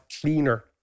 cleaner